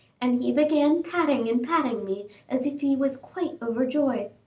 and he began patting and patting me as if he was quite overjoyed.